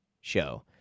show